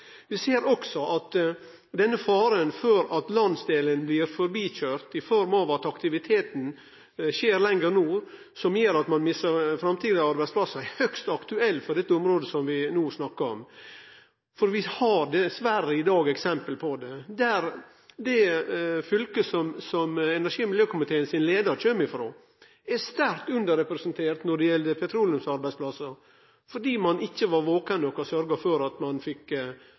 Vi ser også at denne faren for at landsdelen blir forbikøyrd i form av at aktiviteten skjer lenger nord, som gjer at ein mister framtidige arbeidsplassar, er høgst aktuelt for dette området som vi no snakkar om. For vi har dessverre i dag eksempel på dette. Det fylket som energi- og miljøkomiteen sin leiar kjem frå, er sterkt underrepresentert når det gjeld petroleumsarbeidsplassar, fordi ein ikkje var vaken nok og sørgde for at ein fekk